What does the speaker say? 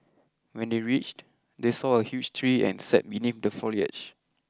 when they reached they saw a huge tree and sat beneath the foliage